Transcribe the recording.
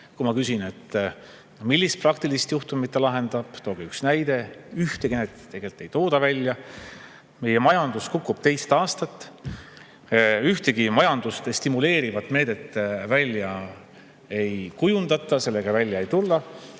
Kui ma küsin, milliseid praktilisi juhtumeid see lahendab, tooge üks näide, siis ühtegi näidet tegelikult ei tooda. Meie majandus kukub teist aastat, ühtegi majandust stimuleerivat meedet välja ei kujundata, sellega välja ei tulda.